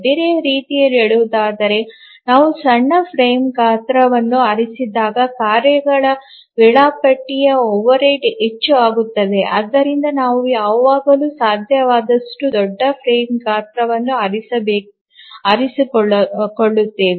ಬೇರೆ ರೀತಿಯಲ್ಲಿ ಹೇಳುವುದಾದರೆ ನಾವು ಸಣ್ಣ ಫ್ರೇಮ್ ಗಾತ್ರವನ್ನು ಆರಿಸಿದಾಗ ಕಾರ್ಯಗಳ ವೇಳಾಪಟ್ಟಿಯ ಓವರ್ಹೆಡ್ ಹೆಚ್ಚು ಆಗುತ್ತದೆ ಮತ್ತು ಆದ್ದರಿಂದ ನಾವು ಯಾವಾಗಲೂ ಸಾಧ್ಯವಾದಷ್ಟು ದೊಡ್ಡ ಫ್ರೇಮ್ ಗಾತ್ರವನ್ನು ಆರಿಸಿಕೊಳ್ಳುತ್ತೇವೆ